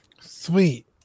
Sweet